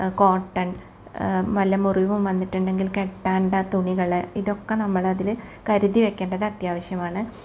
cotton വല്ല മുറിവ് വന്നിട്ടുണ്ടെങ്കിൽ കെട്ടണ്ട തുണികൾ ഇതൊക്കെ നമ്മൾ അതിൽ കരുതി വയ്ക്കേണ്ടത് അത്യാവശ്യമാണ്